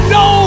no